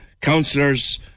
councillors